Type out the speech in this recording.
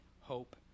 hope